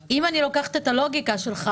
אם אני לוקחת את הלוגיקה שלך